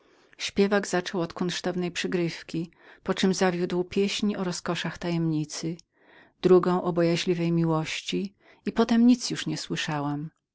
śpiewak zaczął od uczonej przygrywki po czem zawiódł pieśń o roskoszach tajemnicy drugą o bojaźliwej miłości i potem nic już nie słyszałam